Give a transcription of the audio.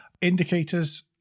Indicators